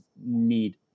need